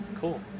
Cool